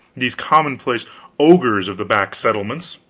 these commonplace ogres of the back settlements.